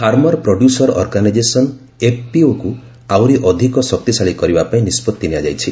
farmer producer organisation ଏଫ୍ପିଓକୁ ଆହୁରି ଅଧିକ ଶକ୍ତିଶାଳୀ କରିବାପାଇଁ ନିଷ୍ପତ୍ତି ନିଆଯାଇଛି